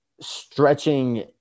stretching